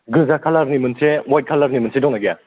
गोजा कालारनि मोनसे ह्वाइथ कालारनि मोनसे दं ना गैया